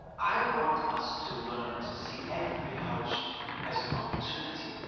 i want us to learn to see every hardship as an opportunity.